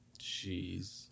jeez